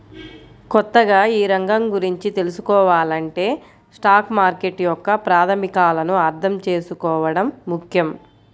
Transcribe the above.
కొత్తగా ఈ రంగం గురించి తెల్సుకోవాలంటే స్టాక్ మార్కెట్ యొక్క ప్రాథమికాలను అర్థం చేసుకోవడం ముఖ్యం